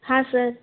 हाँ सर